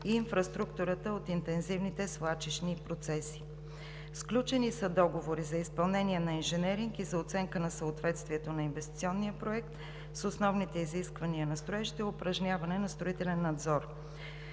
и инфраструктурата от интензивните свлачищни процеси. Сключени са договори за изпълнение на инженеринг и за оценка на съответствието на инвестиционния проект с основните изисквания за строеж и упражняване на строителен надзор.